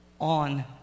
on